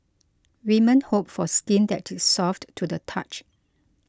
women hope for skin that is soft to the touch